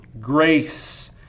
grace